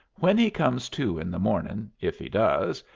when he comes to in the mornin', if he does,